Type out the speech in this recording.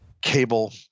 cable